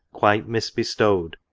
quite mis-bestowed,